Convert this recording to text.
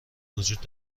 وجود